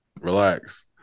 Relax